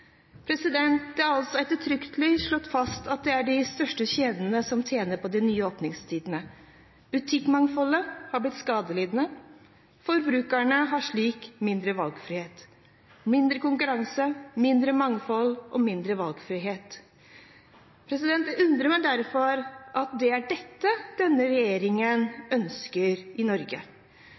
Det er altså ettertrykkelig slått fast at det er de største kjedene som tjener på de nye åpningstidene. Butikkmangfoldet er blitt skadelidende, og forbrukerne har slik mindre valgfrihet – mindre konkurranse, mindre mangfold og mindre valgfrihet. Det undrer meg derfor at det er dette denne regjeringen ønsker i Norge.